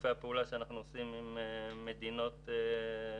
שיתופי הפעולה שאנחנו עושים עם מדינות מהעולם.